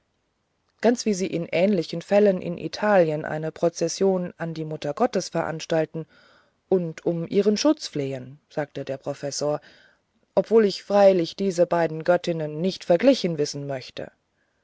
ganz wie sie in ähnlichen fällen in italien eine prozession an die mutter gottes veranstalten und um ihren schutz flehen sagte der professor obwohl ich freilich diese beiden göttinnen nicht verglichen wissen möchte